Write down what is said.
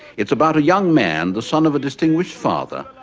it's about a young man, the son of a distinguished father,